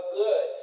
good